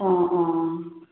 অঁ অঁ